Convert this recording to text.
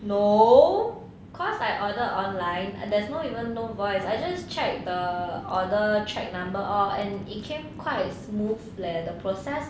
no cause I order online and there's no even no voice I just check the order check number err and it came quite smooth leh the process